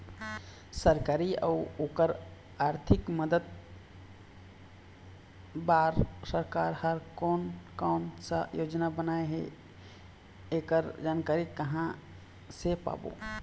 सरकारी अउ ओकर आरथिक मदद बार सरकार हा कोन कौन सा योजना बनाए हे ऐकर जानकारी कहां से पाबो?